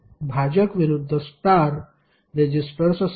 भाजक विरुद्ध star registers असेल